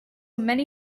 many